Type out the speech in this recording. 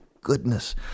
goodness